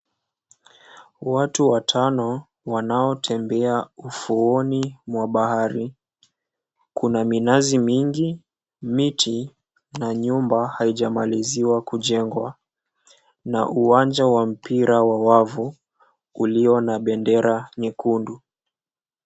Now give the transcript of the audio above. Watu watano wanaotembea ufuoni mwa bahari, kuna minazi mingi, miti na nyumba haijamaliziwa kujengwa na uwanja wa mpira wa wavu ulio na bendera nyekundu.